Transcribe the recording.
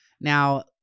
Now